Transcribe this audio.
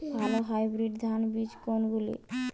ভালো হাইব্রিড ধান বীজ কোনগুলি?